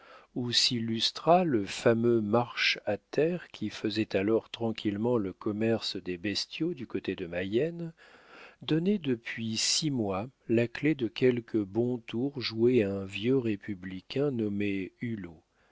où s'illustra le fameux marche à terre qui faisait alors tranquillement le commerce des bestiaux du côté de mayenne donnait depuis six mois la clef de quelques bons tours joués à un vieux républicain nommé